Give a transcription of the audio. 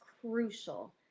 crucial